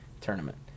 tournament